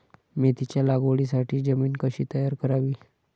मेथीच्या लागवडीसाठी जमीन कशी तयार करावी?